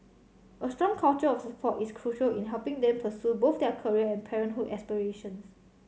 a strong culture of support is crucial in helping them pursue both their career and parenthood aspirations